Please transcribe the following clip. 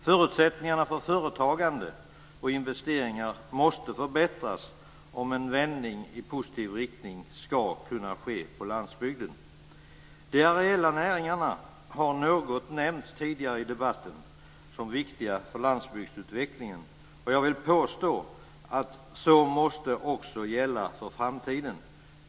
Förutsättningarna för företagande och investeringar måste förbättras om en vändning i positiv riktning ska kunna ske på landsbygden. De areella näringarna har något nämnts tidigare i debatten som viktiga för landsbygdsutvecklingen. Och jag vill påstå att det också måste gälla för framtiden.